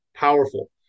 powerful